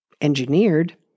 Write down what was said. engineered